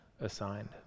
Assigned